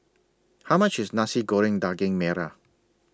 How much IS Nasi Goreng Daging Merah